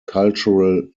cultural